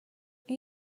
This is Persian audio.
این